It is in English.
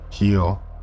Heal